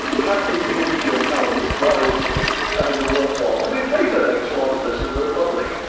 have you used your talents wisely and in a worthwhile i mean plato makes a lot of this in the republic.